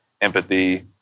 empathy